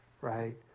right